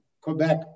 Quebec